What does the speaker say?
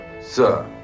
Sir